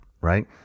right